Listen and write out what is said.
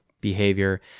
behavior